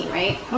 right